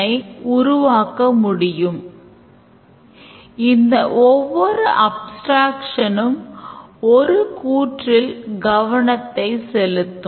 மாற்றுக் காட்சிகளும் மட்டுமல்லாது alternate flows ஐ யும் ஆவணப்படுத்த வேண்டும்